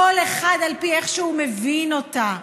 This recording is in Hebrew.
כל אחד על פי איך שהוא מבין אותה,